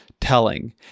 telling